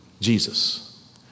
Jesus